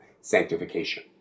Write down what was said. sanctification